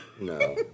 no